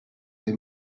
they